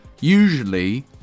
Usually